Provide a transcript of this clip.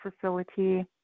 facility